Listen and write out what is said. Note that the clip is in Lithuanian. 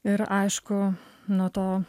ir aišku nuo to